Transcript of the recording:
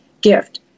gift